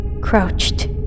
crouched